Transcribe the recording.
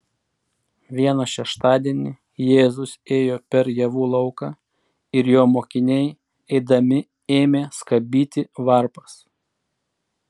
vieną šeštadienį jėzus ėjo per javų lauką ir jo mokiniai eidami ėmė skabyti varpas